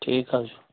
ٹھیٖک حَظ چھُ